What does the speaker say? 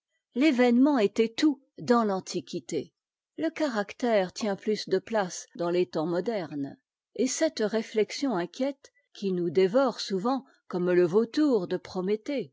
l'événement était tout dans l'antiquité le caractère tient plus de place dans les temps modernes et cette réflexion inquiète qui nous dévore souvent comme le vautour de prométhée